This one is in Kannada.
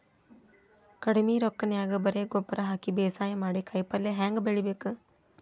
ಕಡಿಮಿ ರೊಕ್ಕನ್ಯಾಗ ಬರೇ ಗೊಬ್ಬರ ಹಾಕಿ ಬೇಸಾಯ ಮಾಡಿ, ಕಾಯಿಪಲ್ಯ ಹ್ಯಾಂಗ್ ಬೆಳಿಬೇಕ್?